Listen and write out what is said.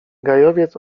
gajowiec